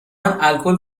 الکل